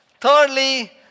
Thirdly